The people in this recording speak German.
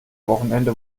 wochenende